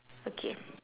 okay